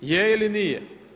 Je ili nije?